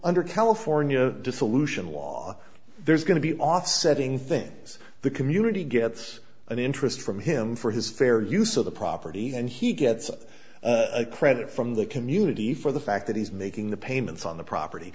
under california dissolution law there's going to be offsetting things the community gets an interest from him for his fair use of the property and he gets a credit from the community for the fact that he's making the payments on the property